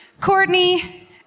Courtney